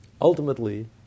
Ultimately